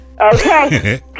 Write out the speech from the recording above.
Okay